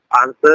answer